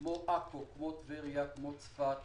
כמו עכו, טבריה, צפת